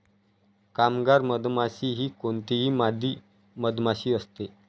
कामगार मधमाशी ही कोणतीही मादी मधमाशी असते